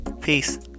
Peace